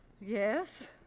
Yes